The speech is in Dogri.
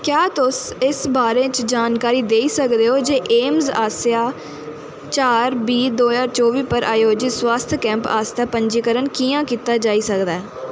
क्या तुस इस बारे च जानकारी देई सकदे ओ जे एम्स आसेआ चार बीह् दो ज्हार चौह्बी पर आयोजत स्वास्थ कैंप आस्तै पंजीकरण कि'यां कीता जाई सकदा ऐ